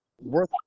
worth